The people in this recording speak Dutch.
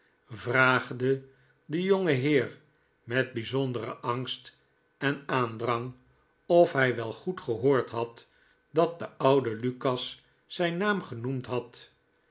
vraagde den jongenheer met bijzonderen angst en aandrang of hy wel goed gehoord had dat de oude lukas zijn naam genoemd had